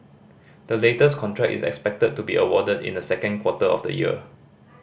the latest contract is expected to be awarded in the second quarter of the year